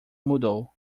mudou